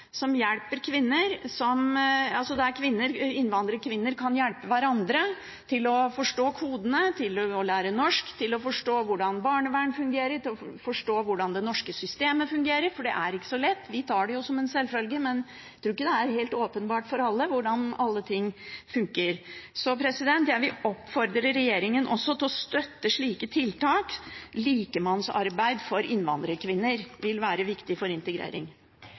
der kvinnene kan hjelpe hverandre til å forstå kodene, til å lære norsk, til å forstå hvordan barnevernet fungerer, til å forstå hvordan det norske systemet fungerer, for det er ikke så lett. Vi tar det som en selvfølge, men jeg tror ikke det er helt åpenbart for alle hvordan alle ting fungerer. Jeg vil oppfordre regjeringen også til å støtte slike tiltak. Likemannsarbeid for innvandrerkvinner vil være viktig for integrering.